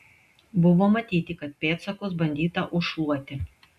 buvo matyti kad pėdsakus bandyta užšluoti